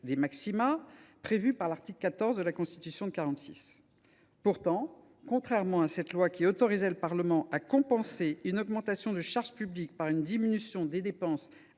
des maxima, prévue par l’article 14 de la Constitution de 1946. Pourtant, contrairement à cette loi, qui autorisait le Parlement à compenser une augmentation de charge publique par une diminution des dépenses